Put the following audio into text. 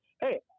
hey